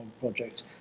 project